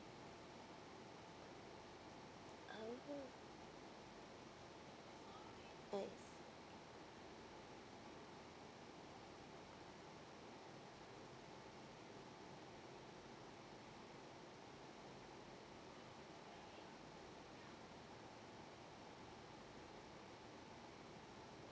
oo I see